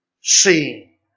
Seeing